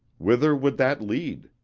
whither would that lead?